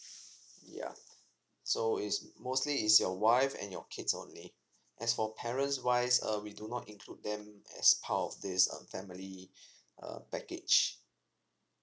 ya so it's mostly is your wife and your kids only as for parents wise uh we do not include them as part of this uh family uh package